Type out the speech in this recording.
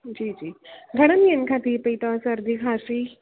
जी जी घणनि ॾींहंनि खां थी पई तव्हां सर्दी खांसी